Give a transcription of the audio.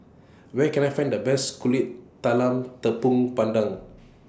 Where Can I Find The Best Talam Tepong Pandan